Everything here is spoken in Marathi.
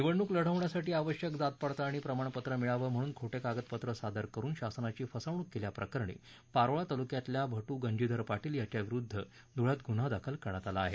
निवडणूक लढवण्यासाठी आवश्यक जातपडताळणी प्रमाणपत्र मिळावे म्हणून खोटे कागदपत्र सादर करुन शासनाची फसवणूक केल्याप्रकरणी पारोळा तालुक्यातील भटू गंजीधर पाटील याच्याविरुद्ध धुळ्यात गुन्हा दाखल करण्यात आला आहे